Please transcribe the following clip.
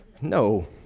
No